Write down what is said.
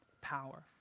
power